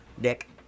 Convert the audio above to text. Dick